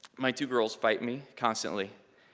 my two girls fight me. constantly.